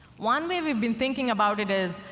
one way we've been thinking about it is,